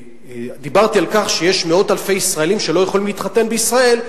כשדיברתי על כך שיש מאות-אלפי ישראלים שלא יכולים להתחתן בישראל,